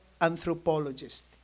anthropologist